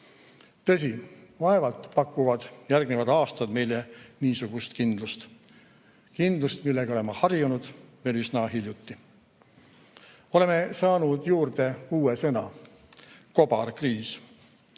Tõsi, vaevalt pakuvad järgmised aastad meile niisugust kindlust, millega olime harjunud veel üsna hiljuti. Oleme saanud juurde uue sõna: "kobarkriis".